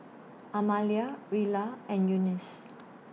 Amalia Rilla and Eunice